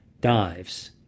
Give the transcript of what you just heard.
dives